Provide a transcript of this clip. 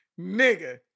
nigga